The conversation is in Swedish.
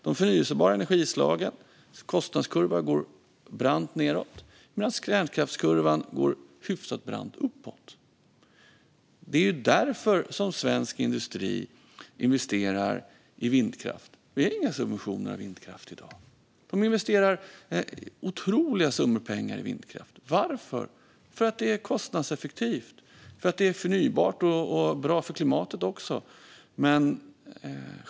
De förnybara energislagens kostnadskurva går brant nedåt, medan kärnkraftskurvan går hyfsat brant uppåt. Det är därför som svensk industri investerar i vindkraft. Vi har inga subventioner av vindkraft i dag. Det investeras otroliga summor pengar i vindkraft. Varför? Jo, därför att det är kostnadseffektivt, förnybart och bra för klimatet.